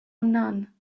none